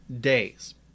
days